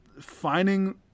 Finding